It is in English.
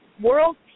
World